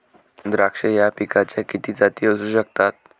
द्राक्ष या पिकाच्या किती जाती असू शकतात?